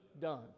done